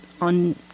on